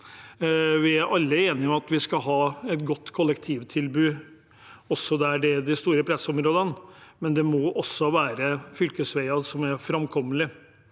Vi er alle enige om at vi skal ha et godt kollektivtilbud, også i de store pressområdene. Samtidig må det også være fylkesveier som er framkommelige,